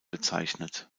bezeichnet